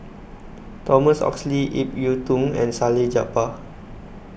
Thomas Oxley Ip Yiu Tung and Salleh Japar